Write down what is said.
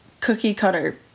cookie-cutter